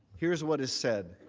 here is what is said.